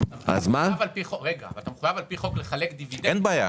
אתה מחויב על פי חוק לחלק דיבידנד מהרווחים.